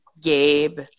Gabe